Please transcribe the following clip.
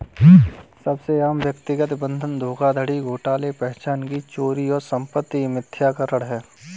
सबसे आम व्यक्तिगत बंधक धोखाधड़ी घोटाले पहचान की चोरी और संपत्ति मिथ्याकरण है